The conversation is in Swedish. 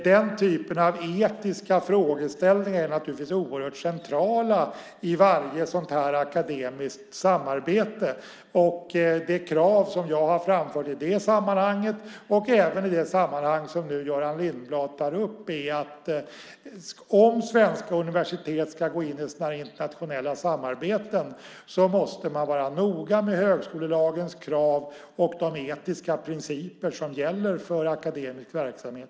Den typen av etiska frågeställningar är naturligtvis oerhört central i varje sådant här akademiskt samarbete. Det krav som jag har framfört i det sammanhanget, och även i det sammanhang som nu Göran Lindblad tar upp, är att om svenska universitet ska gå in i sådana här internationella samarbeten måste man vara noga med högskolelagens krav och de etiska principer som gäller för akademisk verksamhet.